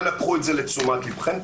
אנא קחו את זה לתשומת ליבכם.